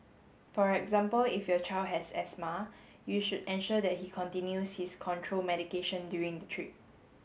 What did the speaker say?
for example if your child has asthma you should ensure that he continues his control medication during the trip